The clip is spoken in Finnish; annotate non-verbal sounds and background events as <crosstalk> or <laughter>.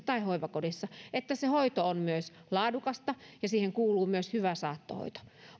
<unintelligible> tai hoivakodissa että se hoito on myös laadukasta ja siihen kuuluu myös hyvä saattohoito